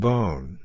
Bone